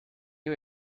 you